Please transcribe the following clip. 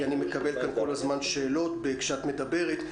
כי אני מקבל כאן כל הזמן שאלות כשאת מדברת.